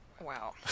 Wow